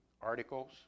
articles